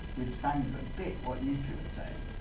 which sounds a bit what you two are saying